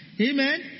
Amen